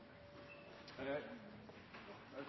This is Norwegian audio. det var. Så